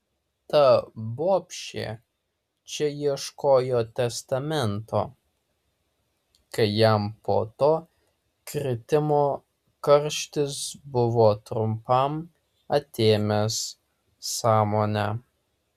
ta bobšė čia ieškojo testamento kai jam po to kritimo karštis buvo trumpam atėmęs sąmonę